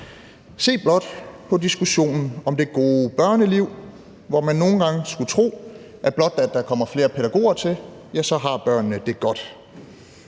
Se blot på diskussionen om det gode børneliv, hvor man nogle gange skulle tro, at blot der kommer flere pædagoger til, så har børnene det godt.